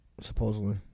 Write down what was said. Supposedly